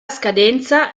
scadenza